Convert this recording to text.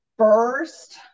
First